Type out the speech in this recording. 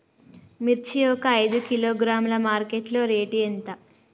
మిర్చి ఒక ఐదు కిలోగ్రాముల మార్కెట్ లో రేటు ఎంత?